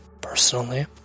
personally